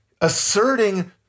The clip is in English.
asserting